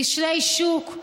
כשלי שוק,